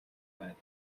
байна